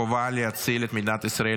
חובה להציל את מדינת ישראל,